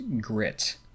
grit